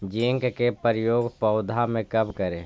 Zinc के प्रयोग पौधा मे कब करे?